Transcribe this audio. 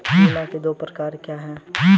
बीमा के दो प्रकार क्या हैं?